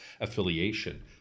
affiliation